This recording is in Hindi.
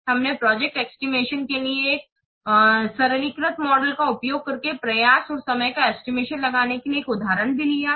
हमने प्रोजेक्ट के एस्टिमेशन के लिए इस सरलीकृत मॉडल का उपयोग करके प्रयास और समय का एस्टिमेशन लगाने के लिए एक उदाहरण भी लिया है